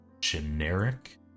generic